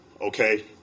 Okay